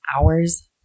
hours